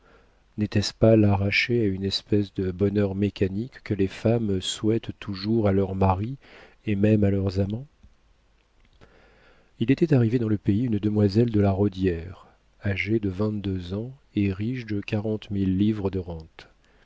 n'était-ce pas l'arracher à une espèce de bonheur mécanique que les femmes souhaitent toujours à leurs maris et même à leurs amants il était arrivé dans le pays une demoiselle de la rodière âgée de vingt-deux ans et riche de quarante mille livres de rentes